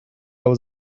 was